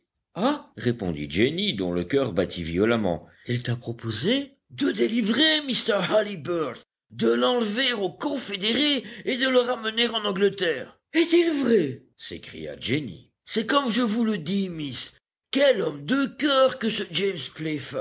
répondit jenny dont le cœur battit violemment il t'a proposé de délivrer mr halliburtt de l'enlever aux confédérés et de le ramener en angleterre est-il vrai s'écria jenny c'est comme je vous le dis miss quel homme de cœur que ce james